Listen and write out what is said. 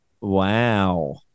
Wow